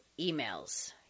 emails